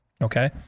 okay